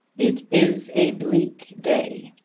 it is a bleak day.